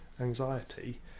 anxiety